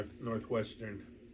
Northwestern